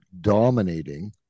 dominating